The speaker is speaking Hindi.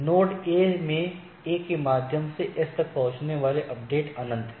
Node A में A के माध्यम से X तक पहुंचने वाले अपडेट अनंत हैं